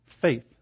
faith